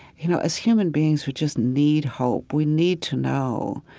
you know, as human beings we just need hope. we need to know,